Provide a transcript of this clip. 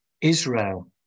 Israel